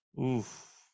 Oof